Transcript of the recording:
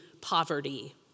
poverty